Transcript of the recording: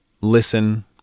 listen